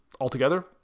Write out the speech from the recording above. altogether